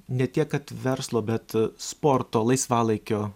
ne tiek kad verslo bet sporto laisvalaikio